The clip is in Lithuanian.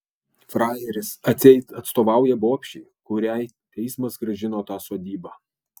frajeris atseit atstovauja bobšei kuriai teismas grąžino tą sodybą